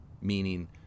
meaning